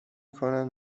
کنند